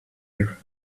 air